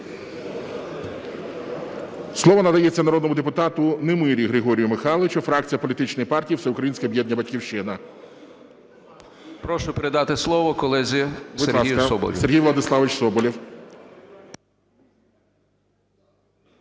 Слово надається народному депутату Немирі Григорію Михайловичу, фракція політичної партії "Всеукраїнське об'єднання "Батьківщина". 14:14:32 НЕМИРЯ Г.М. Прошу передати слово колезі Сергію Соболєву.